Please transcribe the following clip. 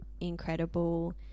incredible